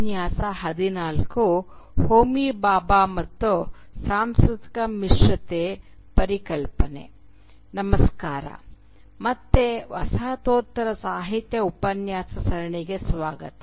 ನಮಸ್ಕಾರ ಮತ್ತೆ ವಸಾಹತೋತ್ತರ ಸಾಹಿತ್ಯ ಉಪನ್ಯಾಸ ಸರಣಿಗೆ ಸ್ವಾಗತ